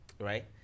Right